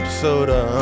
soda